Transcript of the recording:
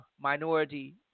minority